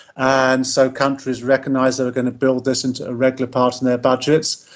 and so countries recognised they were going to build this into a regular part in their budgets.